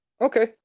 Okay